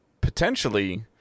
potentially